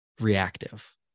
reactive